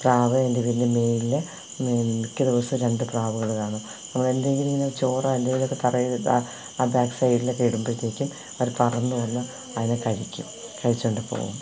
പ്രാവ് എന്റെ വീടിന്റെ മുകളില് മിക്ക ദിവസവും രണ്ട് പ്രാവുകള് കാണും അപ്പോള് എന്തെങ്കിലും ഇങ്ങനെ ചോറോ എന്തേലും ഒക്കെ തറയി ആ ബാക്ക് സൈഡിലൊക്കെ ഇടുമ്പോഴത്തേക്കും അവര് പറന്നുവന്ന് അതിനെ കഴിക്കും കഴിച്ചുകൊണ്ടുപോവും